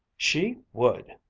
she would!